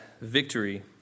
victory